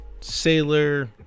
sailor